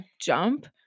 jump